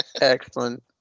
Excellent